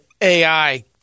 AI